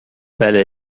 بله